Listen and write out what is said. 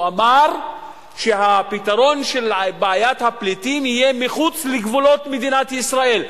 הוא אמר שהפתרון של בעיית הפליטים יהיה מחוץ לגבולות מדינת ישראל.